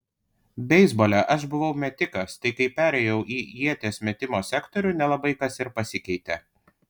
beisbole aš buvau metikas tad kai perėjau į ieties metimo sektorių nelabai kas ir pasikeitė